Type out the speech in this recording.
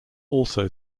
also